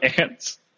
ants